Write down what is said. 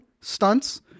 stunts